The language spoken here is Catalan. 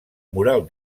mural